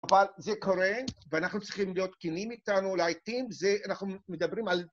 אבל זה קורה, ואנחנו צריכים להיות כנים איתנו, לעיתים זה, אנחנו מדברים על...